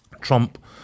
Trump